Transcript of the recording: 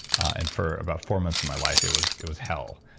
and for about four months of my life it was it was hell.